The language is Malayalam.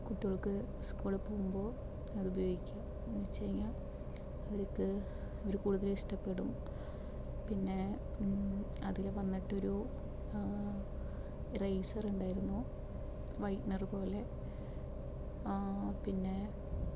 കുട്ടികൾക്ക് സ്കൂളില് പോകുമ്പോൾ അത് ഉപയോഗിക്കാംന്നു വെച്ചുകഴിഞ്ഞാല് അവർക്ക് അവര് കൂടുതല് ഇഷ്ട്ടപ്പെടും പിന്നെ അതില് വന്നിട്ടൊരു റൈസറുണ്ടായിരുന്നു വൈറ്റ്നറുപോലെ പിന്നെ